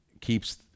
keeps